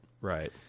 Right